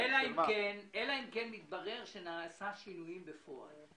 אלא אם כן מתברר שנעשו שינויים בפועל.